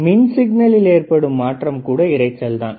மின் சிக்னலில் ஏற்படும் மாற்றம் கூட இரைச்சல் தான்